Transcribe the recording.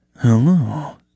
Hello